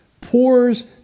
Pours